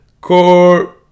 core